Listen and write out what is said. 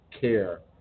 care